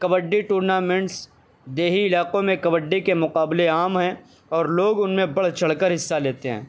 kabaddi tournaments دیہی علاقوں میں کبڈی کے مقابلے عام ہیں اور لوگ ان میں بڑھ چڑھ کر حصہ لیتے ہیں